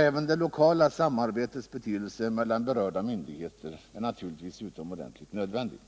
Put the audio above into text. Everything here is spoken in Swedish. Även det lokala samarbetet mellan berörda myndigheter är naturligtvis utomordentligt nödvändigt.